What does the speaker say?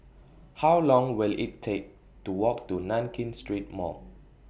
How Long Will IT Take to Walk to Nankin Street Mall